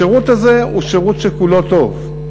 השירות הזה הוא שירות שכולו טוב.